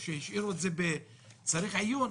או שהשאירו את זה ב"צריך עיון",